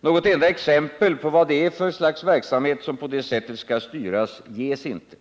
Något enda exempel på vad det är för slags verksamhet som på det sättet skall styras ges inte.